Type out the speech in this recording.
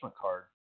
card